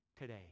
today